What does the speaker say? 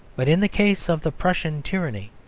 but in the case of the prussian tyranny,